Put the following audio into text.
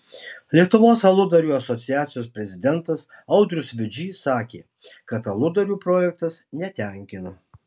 lietuvos aludarių asociacijos prezidentas audrius vidžys sakė kad aludarių projektas netenkina